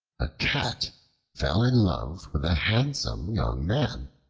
a cat fell in love with a handsome young man,